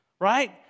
right